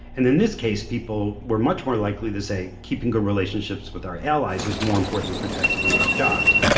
and in this case, people were much more likely to say, keeping good relationships with our allies is more important than protecting u s. jobs.